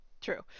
true